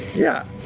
yeah.